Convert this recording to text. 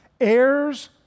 heirs